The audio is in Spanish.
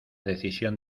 decisión